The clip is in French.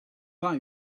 pas